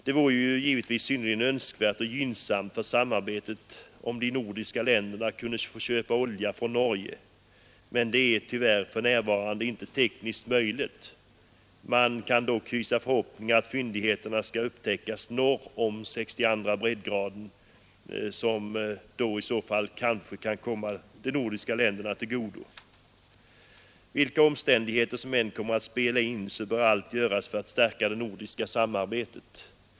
Det vore givetvis synnerligen önskvärt och gynnsamt för samarbetet, om de nordiska länderna kunde få köpa olja från Norge, men det är tyvärr för närvarande inte tekniskt möjligt. Man kan dock hysa förhoppningar att fyndigheter skall upptäckas norr om sextioandra breddgraden och som i så fall kan komma de nordiska länderna till godo. Vilka omständigheter som än kommer att spela in, bör allt göras för att stärka det nordiska samarbetet.